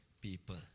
people